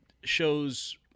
shows